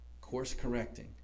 Course-correcting